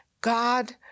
God